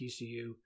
TCU